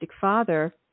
father